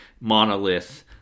monolith